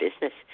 business